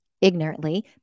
ignorantly